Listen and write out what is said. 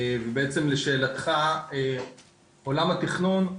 בעצם, לשאלתך, עולם התכנון,